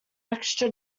extra